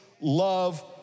love